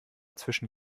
zwischen